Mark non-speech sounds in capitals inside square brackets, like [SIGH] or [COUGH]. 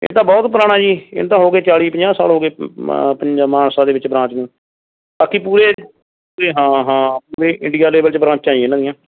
ਇਹ ਤਾਂ ਬਹੁਤ ਪੁਰਾਣਾ ਜੀ ਇਹਨੂੰ ਤਾਂ ਹੋ ਗਏ ਚਾਲੀ ਪੰਜਾਹ ਸਾਲ ਹੋ ਗਏ [UNINTELLIGIBLE] ਮਾਨਸਾ ਦੇ ਵਿੱਚ ਬਰਾਂਚ ਨੂੰ ਬਾਕੀ ਪੂਰੇ ਹਾਂ ਹਾਂ ਪੂਰੇ ਇੰਡੀਆ ਦੇ ਵਿੱਚ ਬਰਾਂਚਾਂ ਜੀ ਇਹਨਾਂ ਦੀਆਂ